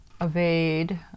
evade